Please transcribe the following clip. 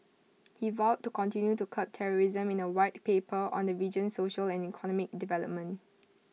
he vowed to continue to curb terrorism in A White Paper on the region's social and economic development